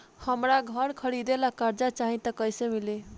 हमरा घर खरीदे ला कर्जा चाही त कैसे मिली?